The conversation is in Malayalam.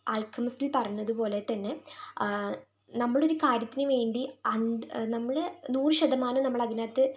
ആൽക്കെമിസ്റ്റിൽ പറഞ്ഞതു പോലെ തന്നെ നമ്മളൊരു കാര്യത്തിന് വേണ്ടി നമ്മള് നൂറു ശതമാനവും നമ്മളതിനകത്ത്